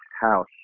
house